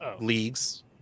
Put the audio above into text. leagues